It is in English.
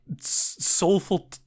soulful